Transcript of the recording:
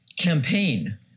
campaign